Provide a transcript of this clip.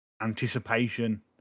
anticipation